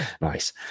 Nice